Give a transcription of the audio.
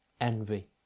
envy